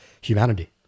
humanity